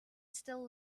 still